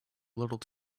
little